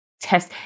test